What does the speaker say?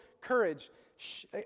courage